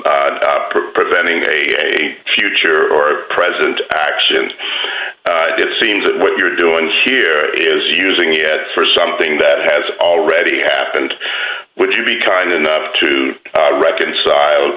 in preventing a future or present actions seems that what you're doing here is using it for something that has already happened would you be kind enough to reconcile